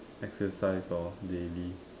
exercise hor daily